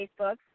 Facebook